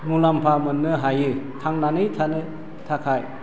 मुलाम्फा मोननो हायो थांनानै थानो थाखाय